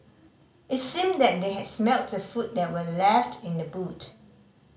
it seemed that they had smelt the food that were left in the boot